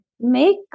make